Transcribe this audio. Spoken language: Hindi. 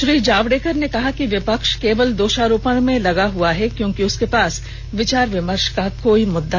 श्री जावड़ेकर ने कहा कि विपक्ष केवल दोषारोपण में लगा हुआ है क्योंकि उसके पास विचार विमर्श का कोई मुद्दा नहीं है